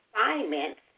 assignments